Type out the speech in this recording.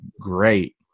great